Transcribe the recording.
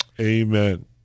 Amen